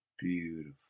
Beautiful